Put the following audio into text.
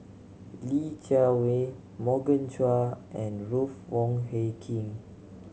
Li Jiawei Morgan Chua and Ruth Wong Hie King